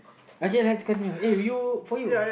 okay let's continue uh if you for you